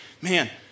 man